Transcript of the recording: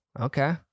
Okay